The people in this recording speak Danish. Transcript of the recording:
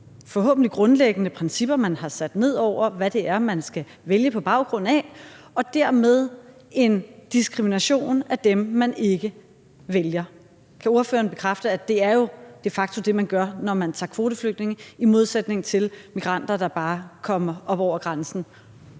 forhåbentlig grundlæggende principper, man har lagt ned over, hvad det er, man skal vælge på baggrund af, og dermed en diskrimination af dem, man ikke vælger? Kan ordføreren bekræfte, at det jo de facto er det, man gør, når man tager kvoteflygtninge i modsætning til migranter, der bare kommer op over grænsen?